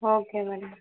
okay madam